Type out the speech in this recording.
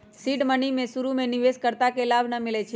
seed money में शुरु में निवेश कर्ता के लाभ न मिलै छइ